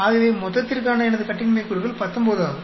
ஆகவே மொத்தத்திற்கான எனது கட்டின்மை கூறுகள் 19 ஆகும்